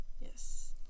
yes